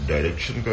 Direction